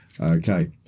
Okay